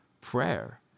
prayer